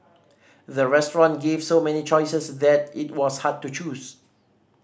the restaurant gave so many choices that it was hard to choose